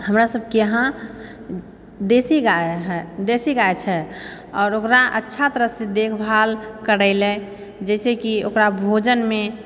हमरा सबके इएह देशी गाय छै आओर ओकरा अच्छा तरहसँ देखभाल करय लए जाहिसँ कि ओकरा भोजनमे